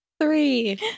three